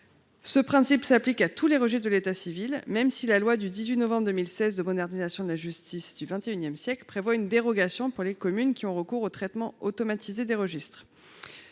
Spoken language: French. Ce principe s’applique à tous les registres de l’état civil, même si la loi du 18 novembre 2016 de modernisation de la justice du XXI siècle prévoit une dérogation pour les communes qui ont recours au traitement automatisé des registres.